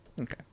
Okay